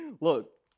Look